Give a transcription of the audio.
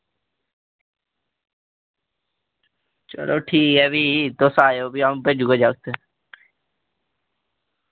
चलो ठीक ऐ फ्ही तुस आएओ फ्ही अ'ऊं भेजी ओड़गा जागते